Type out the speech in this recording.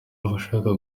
abashaka